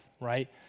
right